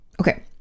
okay